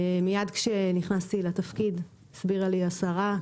מיד כשנכנסתי לתפקיד הסבירה לי השרה,